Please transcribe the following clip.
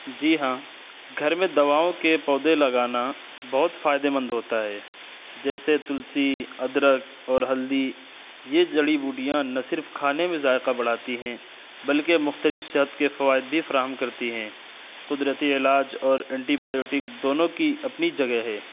جی ہاں گھر میں دواؤں کے پودے لگانا بہت فائدے مند ہوتا ہے جیسے تلسی ادرک اور ہلدی یہ جڑی بوٹیاں نہ صرف کھانے میں ذائقہ بڑھاتی ہیں بلکہ مختلف صحت کے فوائد بھی فراہم کرتی ہیں قدرتی علاج اور اینٹی بایوٹک دونوں کی اپنی جگہ ہے